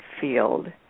field